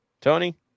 Tony